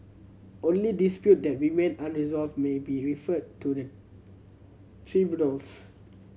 only dispute that remain unresolved may be referred to the tribunals